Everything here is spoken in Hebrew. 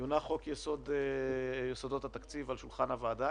יונח חוק יסודות התקציב על שולחן הוועדה,